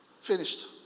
Finished